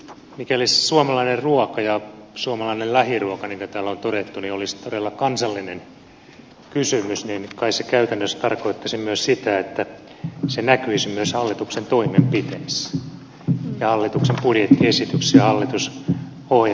mikäli suomalainen ruoka ja suomalainen lähiruoka niin kuin täällä on todettu olisi todella kansallinen kysymys niin kai se käytännössä tarkoittaisi myös sitä että se näkyisi myös hallituksen toimenpiteissä ja hallituksen budjettiesityksessä ja hallitusohjelmassa